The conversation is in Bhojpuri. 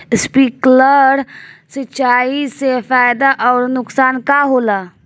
स्पिंकलर सिंचाई से फायदा अउर नुकसान का होला?